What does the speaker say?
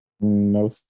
No